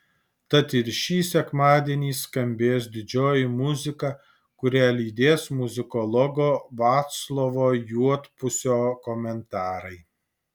tad ir šį sekmadienį skambės didžioji muzika kurią lydės muzikologo vaclovo juodpusio komentarai